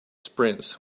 sprints